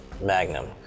Magnum